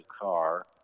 car